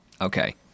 Okay